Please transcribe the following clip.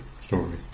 story